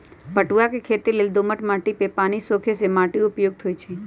पटूआ के खेती लेल दोमट माटि जे पानि सोखे से माटि उपयुक्त होइ छइ